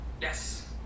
Yes